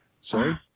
Sorry